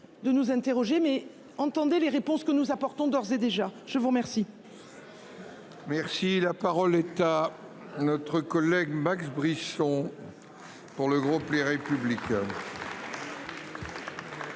De nous interroger mais entendait les réponses que nous apportons. D'ores et déjà je vous remercie. Merci la parole est à notre collègue Max Brisson. Pour le groupe Les Républicains.